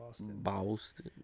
Boston